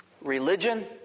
religion